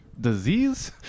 disease